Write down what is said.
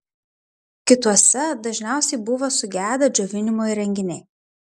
kituose dažniausiai buvo sugedę džiovinimo įrenginiai